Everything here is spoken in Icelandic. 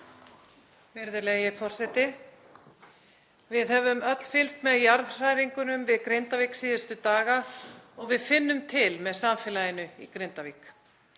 Virðulegi forseti. Við höfum öll fylgst með jarðhræringum við Grindavík síðustu daga og við finnum til með samfélaginu í Grindavík.